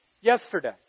Yesterday